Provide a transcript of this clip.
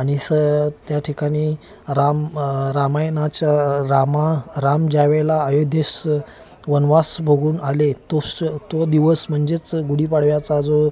आणि स त्या ठिकाणी राम रामायणाच्या राम राम ज्या वेळेला अयोध्येस वनवास भोगून आले तोस तो दिवस म्हणजेच गुढीपाडव्याचा जो